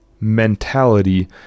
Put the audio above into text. mentality